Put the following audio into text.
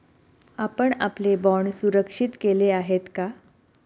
आपण आपले बाँड सुरक्षित केले आहेत का?